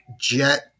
Jet